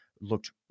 looked